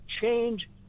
change